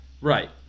Right